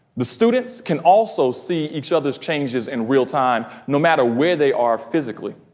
the students can also see each other's changes in real-time no matter where they are physically.